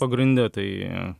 pagrinde tai